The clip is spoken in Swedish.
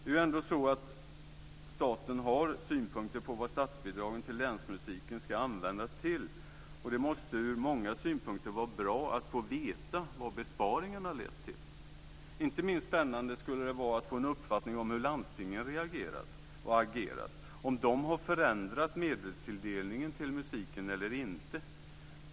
Det är ju ändå så att staten har synpunkter på vad statsbidragen till länsmusiken ska användas till, och det måste vara bra från många synpunkter att få veta vad besparingarna lett till. Inte minst spännande skulle det vara att få en uppfattning om hur landstingen hade reagerat och agerat, om de hade förändrat medelstilldelningen till musiken eller inte.